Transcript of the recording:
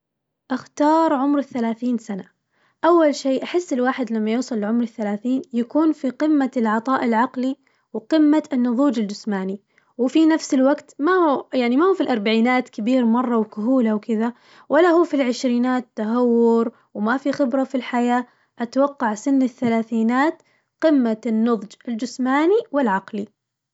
أختار عمر الثلاثين سنة، أول شي أحس الواحد لما يوصل لعمر الثلاثين يكون في قمة العطاء العقلي وقمة النظوج الجسماني، وفي نفس الوقت ما هو يعني ما هو في الأربعينات كبير مرة كهولة وكذا، ولا هو في العشرينات تهور وما في خبرة في الحياة، أتوقع سن الثلاثينات قمة النضج الجسماني والعقلي.